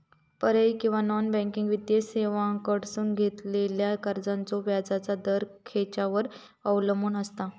पर्यायी किंवा non banking वित्तीय सेवांकडसून घेतलेल्या कर्जाचो व्याजाचा दर खेच्यार अवलंबून आसता?